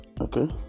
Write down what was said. okay